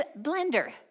blender